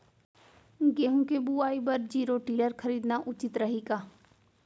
गेहूँ के बुवाई बर जीरो टिलर खरीदना उचित रही का?